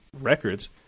records